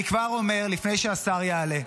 אני כבר אומר, לפני שהשר יעלה,